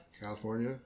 California